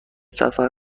سفر